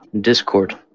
Discord